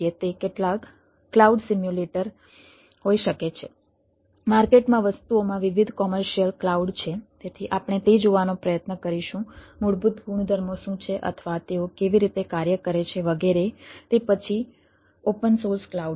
તેથી આપણે તે જોવાનો પ્રયત્ન કરીશું મૂળભૂત ગુણધર્મો શું છે અથવા તેઓ કેવી રીતે કાર્ય કરે છે વગેરે તે પછી ઓપન સોર્સ ક્લાઉડ છે